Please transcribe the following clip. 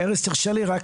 ארז, תרשה לי רק.